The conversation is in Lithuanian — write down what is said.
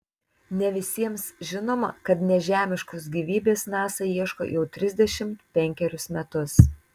ne visiems žinoma kad nežemiškos gyvybės nasa ieško jau trisdešimt penkerius metus